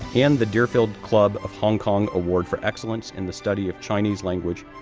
and the deerfield club of hong kong award for excellence in the study of chinese language,